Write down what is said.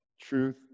truth